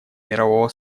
мирового